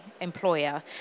employer